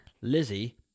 Lizzie